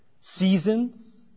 seasons